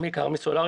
כמובן בעיקר מסולרי.